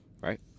Right